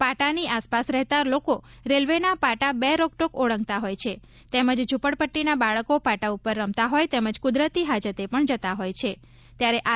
પાટા ની આસપાસ રહેતા લોકો રેલવે ના પાટા બેરોકટોક ઓળંગતા હોય છે તેમજ ઝ્રંપડપક્ષી ના બાળકો પાટા ઉપર રમતા હોય તેમજ કુદરતી હાજતે પણ જતા હોય છે ત્યારે આર